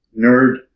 Nerd